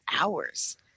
hours